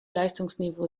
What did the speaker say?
leistungsniveau